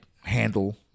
handle